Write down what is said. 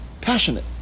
passionate